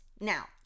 now